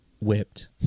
whipped